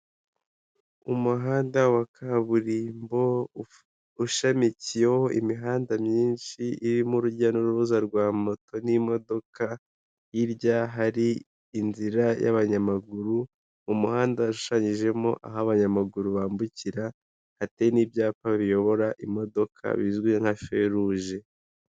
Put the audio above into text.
Umuhanda wa kaburimbo ushamikiyeho imihanda myinshi irimo urujya n'uruza rwa moto n'imodoka, hirya hari inzira y'abanyamaguru mu muhanda ushushanyijemo aho abanyamaguru bambukira, hateye n'ibyapa biyobora imodoka bizwi nka feruje.